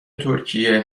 ترکیه